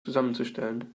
zusammenzustellen